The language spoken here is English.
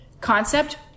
concept